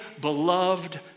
beloved